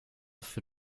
für